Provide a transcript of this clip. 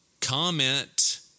comment